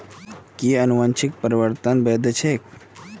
कि अनुवंशिक परिवर्तन वैध ह छेक